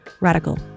Radical